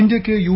ഇന്ത്യക്ക് യു